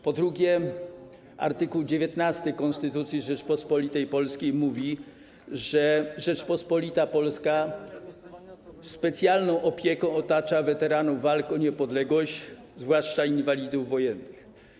Po drugie, art. 19 Konstytucji Rzeczypospolitej Polskiej mówi, że Rzeczpospolita Polska specjalną opieką otacza weteranów walk o niepodległość, zwłaszcza inwalidów wojennych.